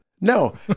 No